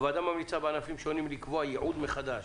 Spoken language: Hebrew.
הוועדה ממליצה בענפים שונים לקבוע ייעוד מחדש,